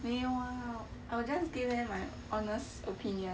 没有啊 I will just give them my honest opinions